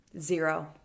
Zero